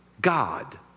God